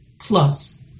plus